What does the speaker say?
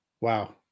Wow